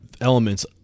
elements